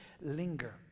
linger